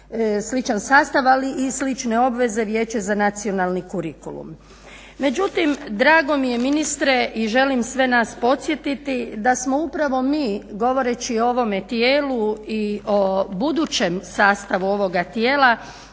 sličan sastav ali i slične obveze, Vijeće za nacionalni kurikulum. Međutim, drago mi je ministre i želim sve nas podsjetiti da smo upravo mi govoreći o ovome tijelu i o budućem sastavu ovoga tijela,